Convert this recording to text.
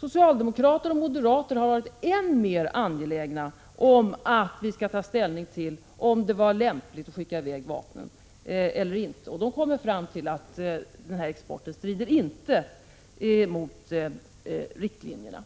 Socialdemokrater och moderater har varit än mer angelägna om att vi skulle ta ställning till om det var lämpligt att skicka i väg vapnen eller inte. De kommer fram till att exporten inte strider mot riktlinjerna.